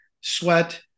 sweat